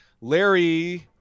Larry